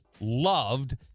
loved